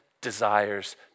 desires